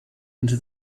into